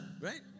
right